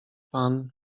pan